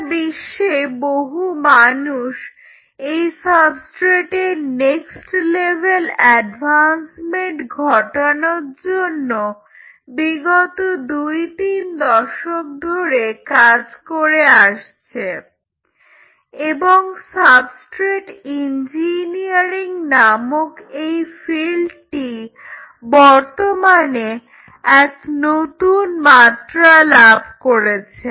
সারা বিশ্বে বহু মানুষ এই সাবস্ট্রেটের নেক্সট লেভেল এডভান্সমেন্ট ঘটানোর জন্য বিগত দুই তিন দশক ধরে কাজ করে আসছে এবং সাবস্ট্রেট ইঞ্জিনিয়ারিং নামক এই ফিল্ডটি বর্তমানে এক নতুন মাত্রা লাভ করেছে